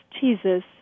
Jesus